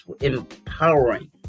empowering